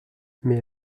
mais